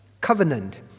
covenant